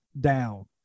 down